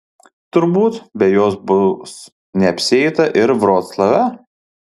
turbūt be jos bus neapsieita ir vroclave